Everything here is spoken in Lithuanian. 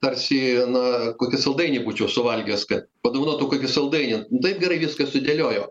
tarsi na kokį saldainį būčiau suvalgęs kad padovanotų kokį saldainį taip gerai viską sudėliojo